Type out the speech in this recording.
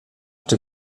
czy